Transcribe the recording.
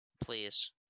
Please